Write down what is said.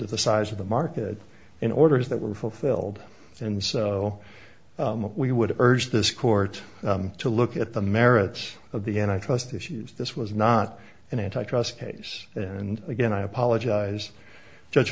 to the size of the market in orders that were fulfilled and so we would urge this court to look at the merits of the and i trust issues this was not an antitrust case and again i apologize judge